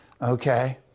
okay